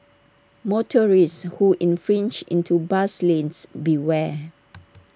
motorists who infringe into bus lanes beware